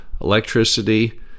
electricity